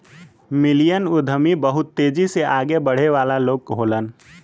million उद्यमी बहुत तेजी से आगे बढ़े वाला लोग होलन